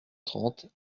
trente